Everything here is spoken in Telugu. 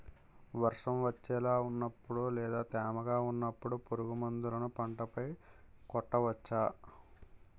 వర్షం వచ్చేలా వున్నపుడు లేదా తేమగా వున్నపుడు పురుగు మందులను పంట పై కొట్టవచ్చ?